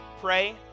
pray